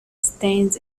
stains